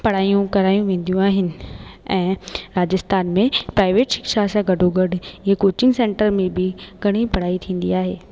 पढ़ाइयूं करायूं वेंदियूं आहिनि ऐं राजस्थान में प्राइवेट शिक्षा सां गॾो गॾु इहे कोचिंग सेंटर में बि घणेई पढ़ाई थींदी आहे